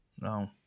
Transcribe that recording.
No